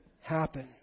happen